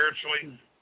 spiritually